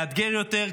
מאתגר יותר,